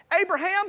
Abraham